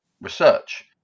research